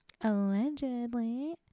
Allegedly